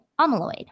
amyloid